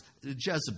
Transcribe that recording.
Jezebel